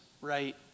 right